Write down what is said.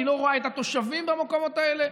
היא לא רואה את התושבים במקומות האלה,